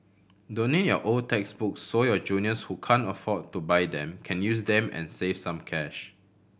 donate your old textbooks so your juniors who can't afford to buy them can use them and save some cash